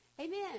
Amen